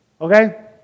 Okay